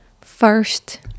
first